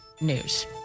News